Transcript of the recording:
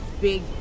big